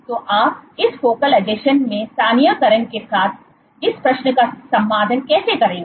तो आप फोकल आसंजन में स्थानीयकरण के इस प्रश्न का समाधान कैसे करेंगे